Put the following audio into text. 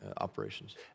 operations